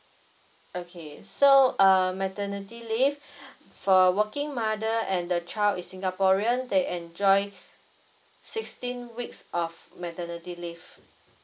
okay so uh maternity leave for working mother and the child is singaporean they enjoy sixteen weeks of maternity leave